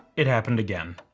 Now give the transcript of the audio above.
it happened again.